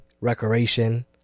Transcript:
recreation